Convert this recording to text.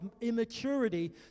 immaturity